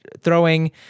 throwing